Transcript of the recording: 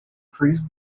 frees